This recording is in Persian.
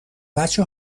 بچه